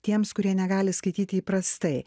tiems kurie negali skaityti įprastai